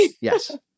Yes